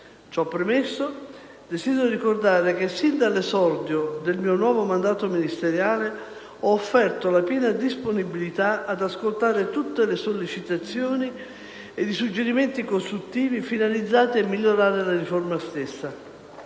Ciò premesso, desidero ricordare che sin dall'esordio del mio nuovo mandato ministeriale ho offerto la piena disponibilità ad ascoltare tutte le sollecitazioni ed i suggerimenti costruttivi finalizzati a migliorare la riforma in